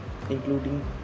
including